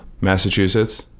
Massachusetts